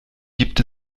gibt